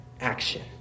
action